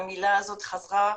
והמילה הזאת חזרה,